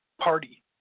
party